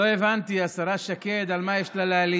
לא הבנתי, השרה שקד, על מה יש לה להלין.